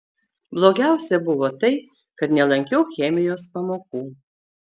blogiausia buvo tai kad nelankiau chemijos pamokų